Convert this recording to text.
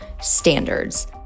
standards